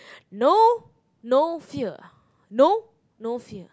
no no fear no no fear